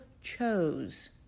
chose